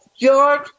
George